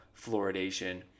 fluoridation